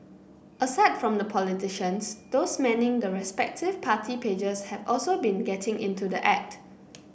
aside from the politicians those manning the respective party pages have also been getting into the act